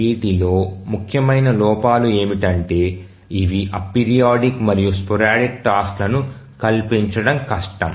వీటిలో ముఖ్యమైన లోపాలు ఏమిటంటే ఇవి అపీరియాడిక్ మరియు స్పారడిక్ టాస్క్ లను కల్పించడం కష్టం